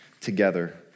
together